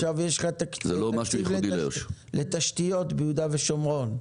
עכשיו יש לך תקציב לתשתיות ביהודה ושומרון?